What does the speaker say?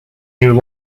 new